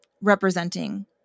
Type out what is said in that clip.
representing